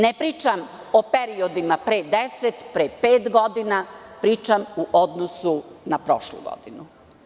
Ne pričam o periodima pre 10, pre pet godina, pričam u odnosu na prošlu godinu.